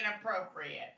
inappropriate